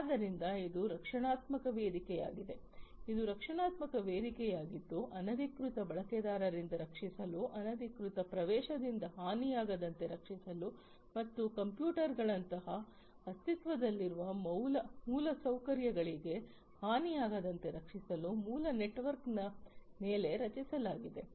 ಆದ್ದರಿಂದ ಇದು ರಕ್ಷಣಾತ್ಮಕ ವೇದಿಕೆಯಾಗಿದೆ ಇದು ರಕ್ಷಣಾತ್ಮಕ ವೇದಿಕೆಯಾಗಿದ್ದು ಅನಧಿಕೃತ ಬಳಕೆದಾರರಿಂದ ರಕ್ಷಿಸಲು ಅನಧಿಕೃತ ಪ್ರವೇಶದಿಂದ ಹಾನಿಯಾಗದಂತೆ ರಕ್ಷಿಸಲು ಮತ್ತು ಕಂಪ್ಯೂಟರ್ಗಳಂತಹ ಅಸ್ತಿತ್ವದಲ್ಲಿರುವ ಮೂಲಸೌಕರ್ಯಗಳಿಗೆ ಹಾನಿಯಾಗದಂತೆ ರಕ್ಷಿಸಲು ಮೂಲ ನೆಟ್ವರ್ಕ್ನ ಮೇಲೆ ರಚಿಸಲಾಗಿದೆ